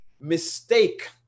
mistake